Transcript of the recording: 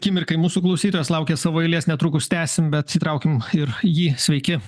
akimirkai mūsų klausytojas laukia savo eilės netrukus tęsim bet įtraukim ir jį sveiki